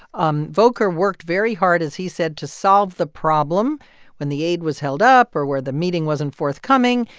um volker worked very hard, as he said, to solve the problem when the aid was held up or where the meeting wasn't forthcoming.